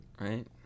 right